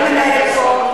אני מנהלת פה.